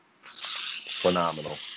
Phenomenal